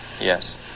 Yes